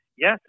Yes